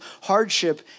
hardship